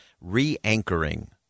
re-anchoring